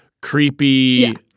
creepy